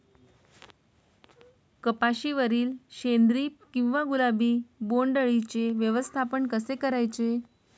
कपाशिवरील शेंदरी किंवा गुलाबी बोंडअळीचे व्यवस्थापन कसे करायचे?